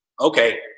okay